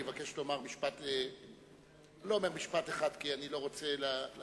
הוא יבקש לומר אני לא אומר משפט אחד כי אני לא רוצה להטעות,